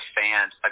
fans